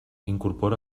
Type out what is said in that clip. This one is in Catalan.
incorpora